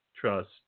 trust